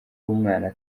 umwana